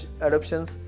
adoptions